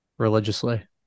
Religiously